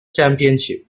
championship